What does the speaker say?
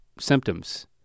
symptoms